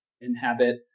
inhabit